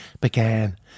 began